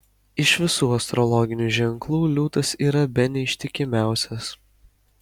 iš visų astrologinių ženklų liūtas yra bene ištikimiausias